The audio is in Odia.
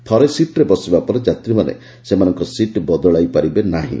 ଥରେ ସିଟ୍ରେ ବସିବା ପରେ ଯାତ୍ରୀମାନେ ସେମାନଙ୍କ ସିଟ୍ ବଦଳାଇ ପାରିବେ ନାହିଁ